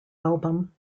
album